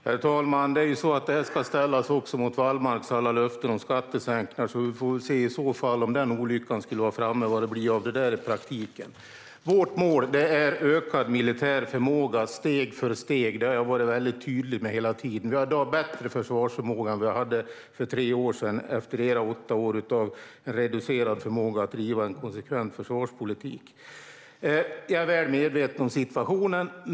Herr talman! Detta ska ställas mot Wallmarks alla löften om skattesänkningar, så om olyckan skulle vara framme får vi väl se vad det blir av det i praktiken. Vårt mål är ökad militär förmåga steg för steg. Det har jag hela tiden varit tydlig med. Vi har i dag bättre försvarsförmåga än vi hade för tre år sedan, efter era åtta år av reducerad förmåga att driva en konsekvent försvarspolitik. Jag är väl medveten om situationen.